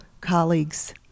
colleagues